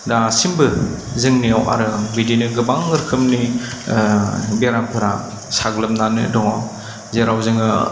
दासिमबो जोंनियाव आरो बिदिनो गोबां रोखोमनि बेरामफोरा साग्लोबनानै दङ जेराव जोङो